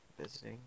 visiting